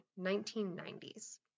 1990s